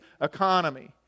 economy